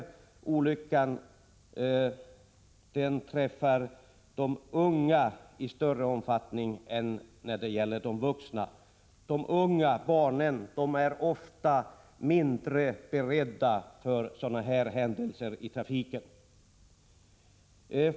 Barnen är ofta mindre beredda på sådana händelser.